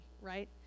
right